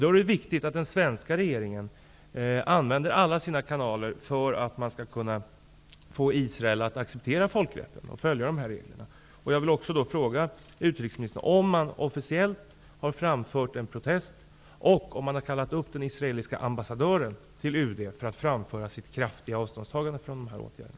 Det är viktigt att den svenska regeringen använder alla sina kanaler för att förmå Israel att acceptera folkrättens regler och följa dem. Jag vill fråga utrikesministern om man officiellt har framfört någon protest och om man har kallat den israeliske ambassadören till UD för att till honom framföra sitt kraftiga avståndstagande från Israels åtgärder.